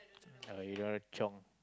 oh you don't want to chiong